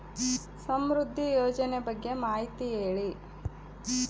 ಸಮೃದ್ಧಿ ಯೋಜನೆ ಬಗ್ಗೆ ಮಾಹಿತಿ ಹೇಳಿ?